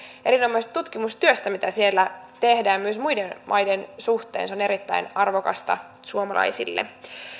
erinomaisesta tutkimustyöstä mitä siellä tehdään myös muiden maiden suhteen se on erittäin arvokasta suomalaisille